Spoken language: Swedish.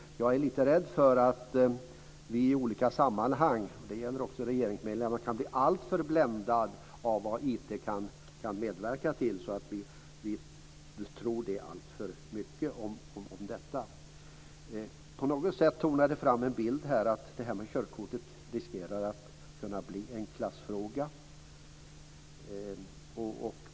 Men jag är lite rädd för att vi i olika sammanhang - det gäller också regeringsmedlemmar - kan bli alltför bländade av vad IT kan medverka till och tro alltför mycket om detta. På något sätt tonar det fram en bild av att detta med körkort riskerar att kunna bli en klassfråga.